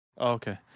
Okay